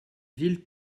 vile